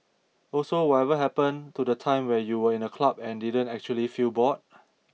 also whatever happened to the time when you were in a club and didn't actually feel bored